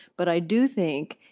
but i do think,